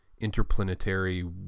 interplanetary